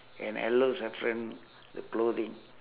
and all those saffron the clothing